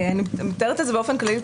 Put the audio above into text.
אני מתארת את זה באופן כללי.